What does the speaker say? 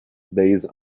based